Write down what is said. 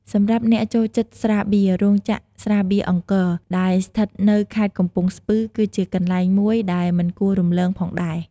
សម្រាប់អ្នកចូលចិត្តស្រាបៀរ រោងចក្រស្រាបៀរអង្គរ ដែលស្ថិតនៅខេត្តកំពង់ស្ពឺ គឺជាកន្លែងមួយដែលមិនគួររំលងផងដែរ។